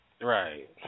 Right